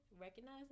Recognize